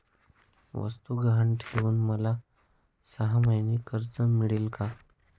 वस्तू गहाण ठेवून मला सहामाही कर्ज मिळेल का?